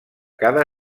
cada